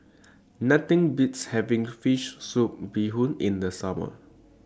Nothing Beats having Fish Soup Bee Hoon in The Summer